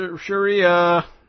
Sharia